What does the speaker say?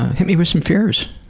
hit me with some fears.